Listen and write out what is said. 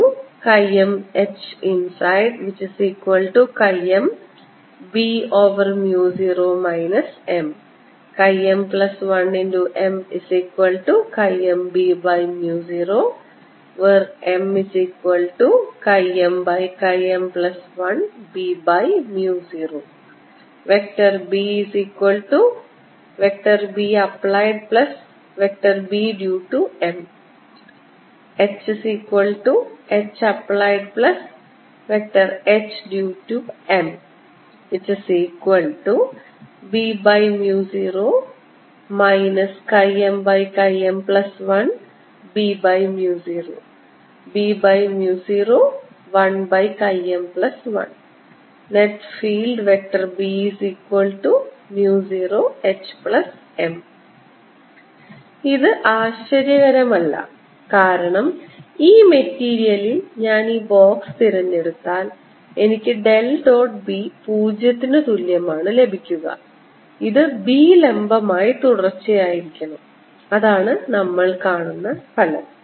MMHinsideMB0 M M1MMB0 MMM1B0 BBapplied Bdue to M HHapplied Hdue to MB0 MM1B0B01M1 Net field B0HM ഇത് ആശ്ചര്യകരമല്ല കാരണം ഈ മെറ്റീരിയലിൽ ഞാൻ ഈ ബോക്സ് തിരഞ്ഞെടുത്താൽ എനിക്ക് ഡെൽ ഡോട്ട് B 0 ന് തുല്യമാണ് ലഭിക്കുക ഇത് B ലംബമായി തുടർച്ചയായിരിക്കണം അതാണ് നമ്മൾ കാണുന്ന ഫലം